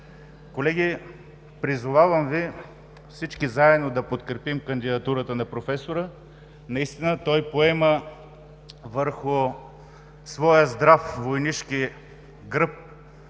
Колеги, призовавам Ви всички заедно да подкрепим кандидатурата на професора. Наистина той поема върху своя здрав войнишки гръб